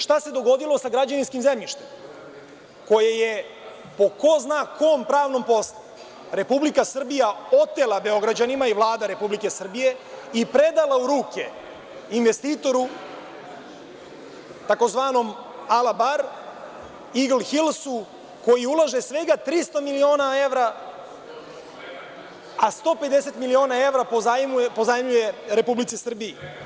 Šta se dogodilo sa građevinskim zemljištem, koje je po ko zna kom pravnom postupku Republika Srbija otela Beograđanima i Vlada Republike Srbije i predala u ruke investitoru, takozvanom Ala Bar, „Eagle Hills“ koji ulaže svega 300 miliona evra, a 150 miliona evra pozajmljuje Republici Srbiji?